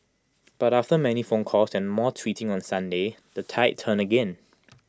but after many phone calls and more tweeting on Sunday the tide turned again